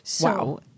Wow